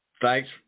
Thanks